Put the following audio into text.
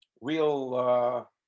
real